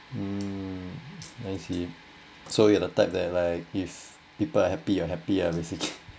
um I see so you are the type that like if people are happy you happy ah